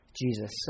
Jesus